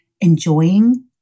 enjoying